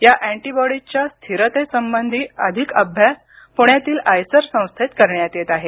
या अँटीबॉडीजच्या स्थिरतेसंबधी अधिक अभ्यास पुण्यातील आयसर संस्थेत करण्यात येत आहे